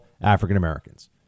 African-Americans